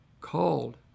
called